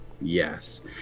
Yes